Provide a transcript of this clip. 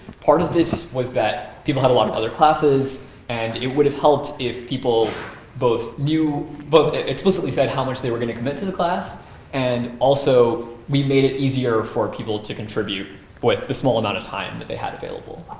part of this was that people had a lot of other classes. and it would have helped if people both explicitly said how much they were going to commit to the class and also we made it easier for people to contribute with the small amount of time that they had available.